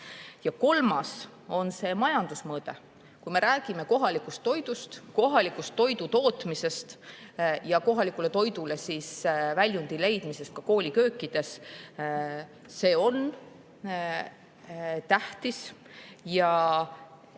Ja kolmas on majanduse mõõde. Kui me räägime kohalikust toidust, kohalikust toidu tootmisest ja kohalikule toidule väljundi leidmiseks ka kooliköökides, siis see on tähtis.